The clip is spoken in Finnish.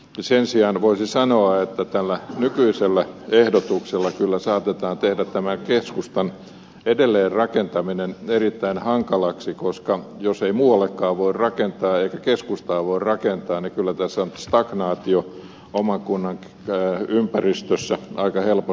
sen sijaan voisi sanoa että tällä nykyisellä ehdotuksella kyllä saatetaan tehdä tämän keskustan edelleenrakentaminen erittäin hankalaksi koska jos ei muuallekaan voi rakentaa eikä keskustaan voi rakentaa niin kyllä tässä stagnaatio oman kunnan ympäristössä on aika helppo